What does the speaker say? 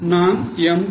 நான் M